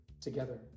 together